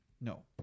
No